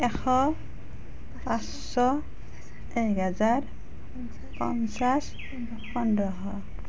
এশ পাঁচশ এক হাজাৰ পঞ্চাছ পোন্ধৰশ